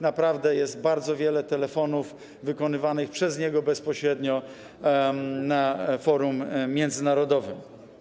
Naprawdę jest bardzo wiele telefonów wykonywanych przez niego bezpośrednio na forum międzynarodowym.